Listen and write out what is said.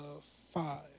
five